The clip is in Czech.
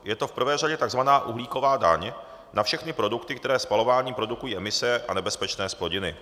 Je to v prvé řadě takzvaná uhlíková daň na všechny produkty, které spalováním produkují emise a nebezpečné zplodiny.